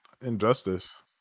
injustice